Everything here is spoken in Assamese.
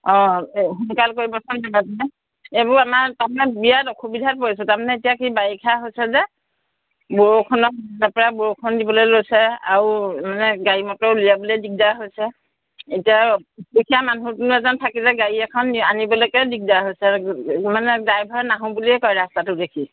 অঁ এ সোনকাল কৰিবচোন যেনে তেনে এইবোৰ আমাৰ তাৰমানে বিৰাট অসুবিধাত পৰিছোঁ তাৰমানে এতিয়া কি বাৰিষা হৈছে যে বৰষুণৰ বৰষুণ দিবলৈ লৈছে আৰু মানে গাড়ী মটৰ উলিয়াবলৈ দিগদাৰ হৈছে এতিয়া অসুখীয়া মানুহ দুনুহ এজন থাকিলে গাড়ী এখন আনিবলৈকে দিগদাৰ হৈছে মানে ড্ৰাইভাৰ নাহোঁ বুলিয়ে কয় ৰাস্তাটো দেখি